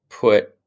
put